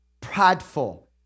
prideful